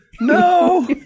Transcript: No